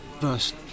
first